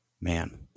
Man